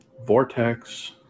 vortex